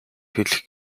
хэлэх